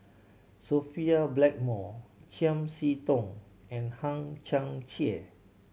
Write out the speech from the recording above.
Sophia Blackmore Chiam See Tong and Hang Chang Chieh